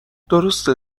درسته